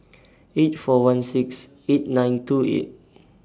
eight four one six eight nine two eight